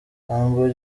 humble